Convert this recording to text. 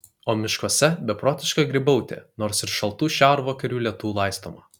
o miškuose beprotiška grybautė nors ir šaltų šiaurvakarių lietų laistoma